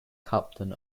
captain